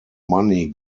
money